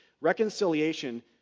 Reconciliation